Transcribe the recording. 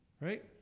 Right